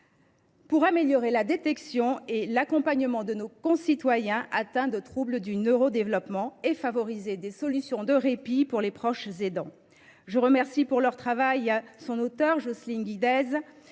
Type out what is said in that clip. pour améliorer la détection et l’accompagnement de nos concitoyens atteints de troubles du neurodéveloppement (TND), et favoriser des solutions de répit pour les proches aidants. Je remercie l’auteure de ce texte, Jocelyne Guidez,